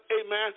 amen